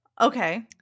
Okay